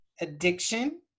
addiction